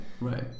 Right